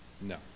No